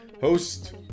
host